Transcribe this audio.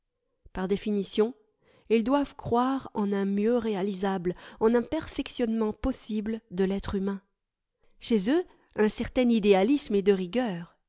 par définition ils doivent croire en un mieux réalisable en un perfectionnement possible de l'être humain chez eux un certain idéalisme est de rigueur